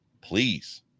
please